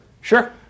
Sure